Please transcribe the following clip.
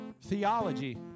Theology